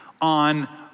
on